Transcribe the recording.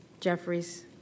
Jeffries